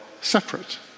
separate